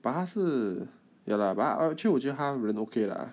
but 他是 ya lah but 我觉得他人 okay lah